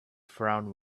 frown